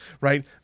right